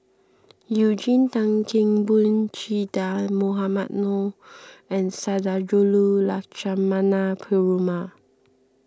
Eugene Tan Kheng Boon Che Dah Mohamed Noor and Sundarajulu Lakshmana Perumal